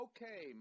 Okay